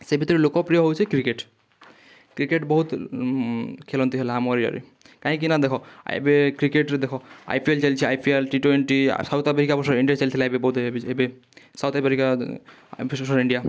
ସେ ଭିତରୁ ଲୋକପ୍ରିୟ ହେଉଛି କ୍ରିକେଟ୍ କ୍ରିକେଟ୍ ବହୁତ ଖେଳନ୍ତି ହେଲା ଆମର ଇଆଡ଼େ କାହିଁକିନା ଦେଖ ଏବେ କ୍ରିକେଟ୍ରେ ଦେଖ ଆଇ ପି ଏଲ୍ ଚାଲିଛି I P L T twenty ଆଉ ସାଉଥ୍ ଆଫ୍ରିକା ଭର୍ଷେସ୍ ଇଣ୍ଡିଆ ଚାଲିଥିଲା ଏବେ ବୋଧେ ଏବେ ସାଉଥ୍ ଆଫ୍ରିକା ଇଣ୍ଡିଆ